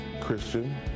Christian